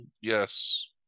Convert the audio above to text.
yes